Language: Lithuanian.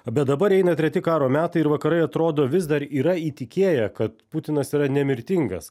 bet dabar eina treti karo metai ir vakarai atrodo vis dar yra įtikėję kad putinas yra nemirtingas